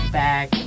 back